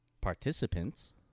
participants